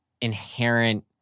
inherent